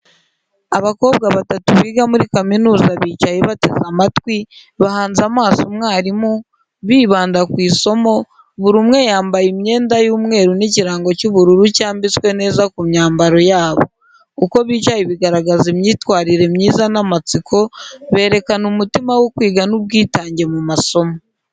Abakobwa batatu biga muri kaminuza bicaye bateze amatwi, bahanze amaso umwarimu, bibanda ku isomo. Buri umwe yambaye imyenda y’umweru n'ikirango cy’ubururu cyambitswe neza ku myambaro yabo. Uko bicaye bigaragaza imyitwarire myiza n’amatsiko, berekana umutima wo kwiga n’ubwitange mu masomo.